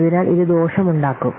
അതിനാൽ ഇത് ദോഷമുണ്ടാക്കും